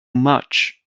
much